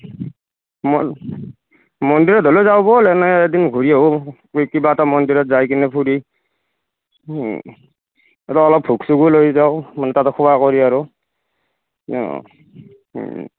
মন মন্দিৰত হলেও যাওঁ ব'ল এনে এদিন ঘূৰি আহোঁ ৱে কিবা এটা মন্দিৰত যাই কিনে ফুৰি ৰ' অলপ ধূপ চুপো লৈ যাওঁ মানে তাতে খোৱা কৰি আৰু